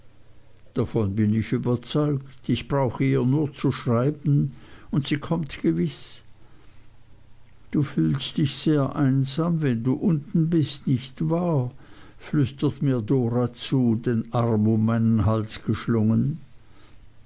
davon bin ich überzeugt ich brauche ihr nur zu schreiben und sie kommt gewiß du fühlst dich sehr einsam wenn du unten bist nicht wahr flüstert mir dora zu den arm um meinen hals geschlungen